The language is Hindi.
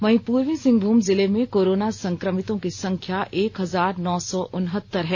वहीं पूर्वी सिंहभूम जिले में कोरोना संकमितों की संख्या एक हजार नौ सौ उनहत्तर है